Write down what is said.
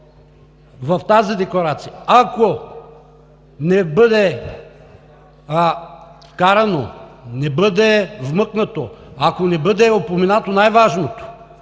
в тази декларация, ако не бъде вкарано, не бъде вмъкнато, ако не бъде упоменато най-важното,